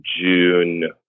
June